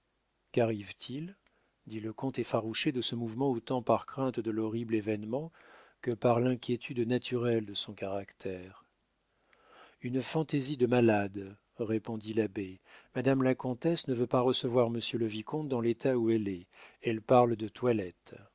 qu'arrive-t-il dit le comte effarouché de ce mouvement autant par crainte de l'horrible événement que par l'inquiétude naturelle à son caractère une fantaisie de malade répondit l'abbé madame la comtesse ne veut pas recevoir monsieur le vicomte dans l'état où elle est elle parle de toilette